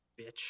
bitch